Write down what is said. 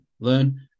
learn